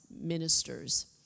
ministers